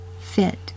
fit